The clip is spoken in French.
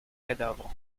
cadavres